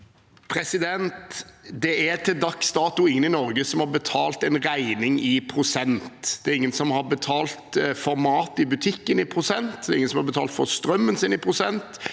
Det er til dags dato ingen i Norge som har betalt en regning i prosent, det er ingen som har betalt for mat i butikken i prosent, det er ingen som har betalt for strømmen i prosent,